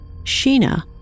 Sheena